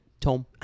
Tom